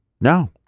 No